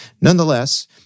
Nonetheless